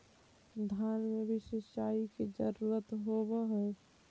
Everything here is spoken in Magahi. धान मे भी सिंचाई के जरूरत होब्हय?